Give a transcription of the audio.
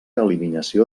eliminació